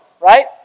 right